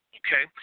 okay